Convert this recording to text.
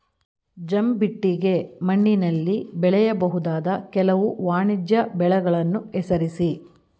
ಜಂಬಿಟ್ಟಿಗೆ ಮಣ್ಣಿನಲ್ಲಿ ಬೆಳೆಯಬಹುದಾದ ಕೆಲವು ವಾಣಿಜ್ಯ ಬೆಳೆಗಳನ್ನು ಹೆಸರಿಸಿ?